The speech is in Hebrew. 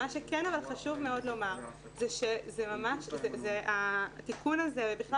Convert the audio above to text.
מה שכן היה חשוב לומר הוא שהתיקון הזה ובכלל